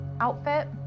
outfit